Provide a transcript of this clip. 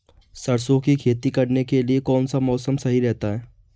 सरसों की खेती करने के लिए कौनसा मौसम सही रहता है?